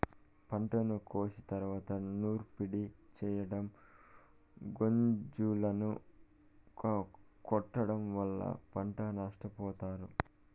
పంటను కోసిన తరువాత నూర్పిడి చెయ్యటం, గొంజలను కొట్టడం వల్ల పంట నష్టపోతారు